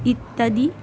ইত্যাদি